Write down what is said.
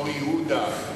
אור-יהודה,